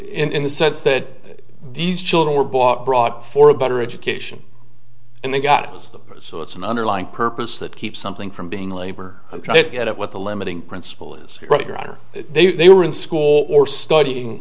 in the sense that these children were bought brought for a better education and they got it was so it's an underlying purpose that keeps something from being labor and yet what the limiting principle is what you're after they were in school or studying